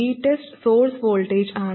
VTEST source voltage ആണ്